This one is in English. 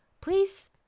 please